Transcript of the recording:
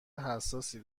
حساسی